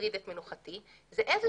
ומטריד את מנוחתי זה שיח